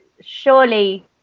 surely